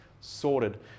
sorted